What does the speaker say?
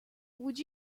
would